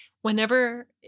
whenever